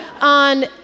on